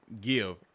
give